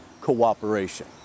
cooperation